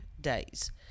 days